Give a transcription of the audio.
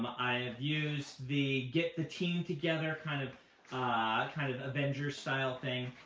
i have used the get the team together, kind of kind of avengers-style thing.